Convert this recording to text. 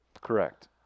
Correct